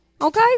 Okay